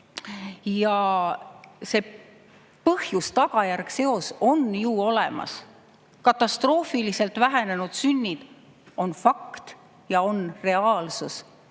Ja see põhjuse ja tagajärje seos on ju olemas. Katastroofiliselt vähenenud sünnid on fakt ja on reaalsus.